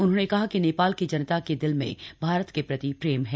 उन्होंने कहा कि नेपाल की जनता के दिल में भारत के प्रति प्रेम है